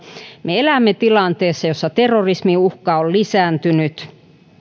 me elämme tilanteessa jossa terrorismiuhka on lisääntynyt